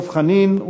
דב חנין,